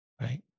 right